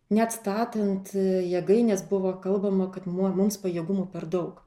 net statant jėgaines buvo kalbama kad muo mums pajėgumų per daug